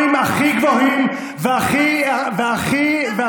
בטונים הכי גבוהים והכי אותנטיים.